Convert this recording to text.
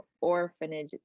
orphanage